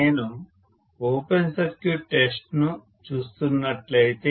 నేను open circuit test ను చూస్తున్నట్లయితే